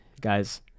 Guys